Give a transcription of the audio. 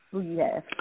Yes